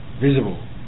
visible